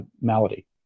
malady